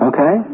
Okay